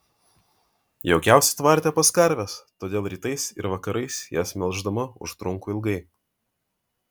jaukiausia tvarte pas karves todėl rytais ir vakarais jas melždama užtrunku ilgai